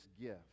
gift